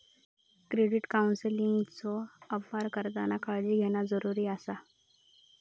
credit काउन्सेलिंगचो अपार करताना काळजी घेणा जरुरी आसा